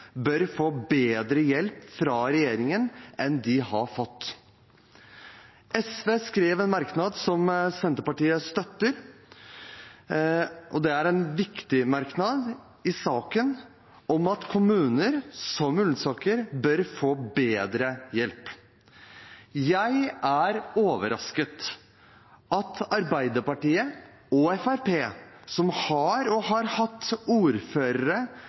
bør få bedre hjelp fra regjeringen enn de har fått. SV har skrevet en viktig merknad i saken, sammen med Senterpartiet, om at kommuner som Ullensaker bør få bedre hjelp. Jeg er overrasket over at Arbeiderpartiet og Fremskrittspartiet, som har og har hatt